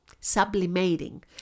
sublimating